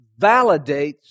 validates